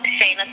Shane